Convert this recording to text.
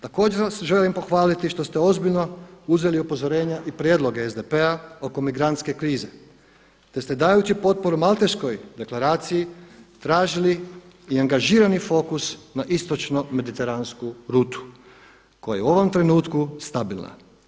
Također vas želim pohvaliti što ste ozbiljno uzeli upozorenja i prijedloge SDP-a oko migrantske krize, te ste dajući potporu Malteškoj deklaraciji tražili i angažirani fokus na istočno mediteransku rutu koja je u ovom trenutku stabilna.